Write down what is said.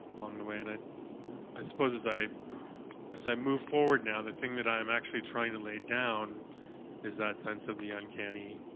along the way that i suppose as i as i move forward now, the thing that i'm actually trying to lay down is that sense of the uncanny,